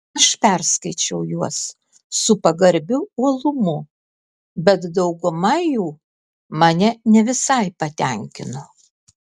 aš perskaičiau juos su pagarbiu uolumu bet dauguma jų mane ne visai patenkino